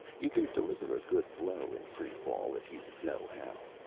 you can deliver a good blow in free-fall, if you know how.